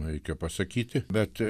reikia pasakyti bet